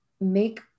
make